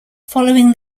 following